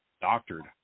doctored